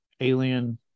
alien